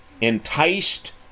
enticed